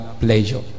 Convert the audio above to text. pleasure